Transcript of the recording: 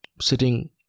sitting